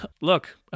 look